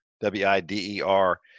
W-I-D-E-R